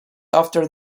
after